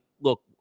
look